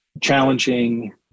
challenging